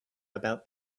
about